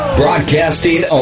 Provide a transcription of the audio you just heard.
broadcasting